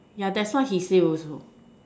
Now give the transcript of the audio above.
yeah that's what he say also